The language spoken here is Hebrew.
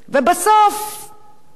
איך שאמרת קודם,